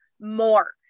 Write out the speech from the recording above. more